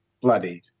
bloodied